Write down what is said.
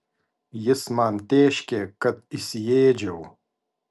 jis man tėškė kad įsiėdžiau